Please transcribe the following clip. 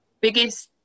biggest